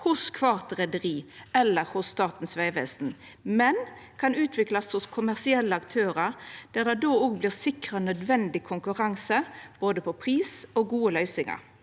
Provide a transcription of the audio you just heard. hos kvart reiarlag eller hos Statens vegvesen, men kan utviklast hos kommersielle aktørar, der ein då òg vert sikra nødvendig konkurranse både på pris og gode løysingar.